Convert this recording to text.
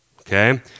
okay